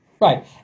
Right